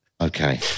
Okay